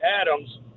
Adams